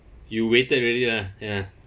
you waited already lah ya